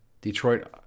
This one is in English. Detroit